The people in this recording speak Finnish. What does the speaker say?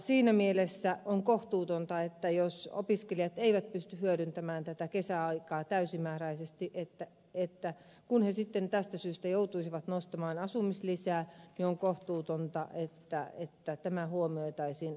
siinä mielessä jos opiskelijat eivät pysty hyödyntämään tätä kesäaikaa täysimääräisesti ja kun he sitten tästä syystä joutuisivat nostamaan asumislisää niin on kohtuutonta että tämä huomioitaisiin opintotukikuukautena